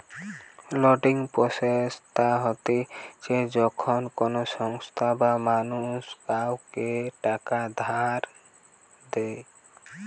lending process তা হতিছে যখন কোনো সংস্থা বা মানুষ কাওকে টাকা ধার দেয়